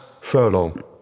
Furlong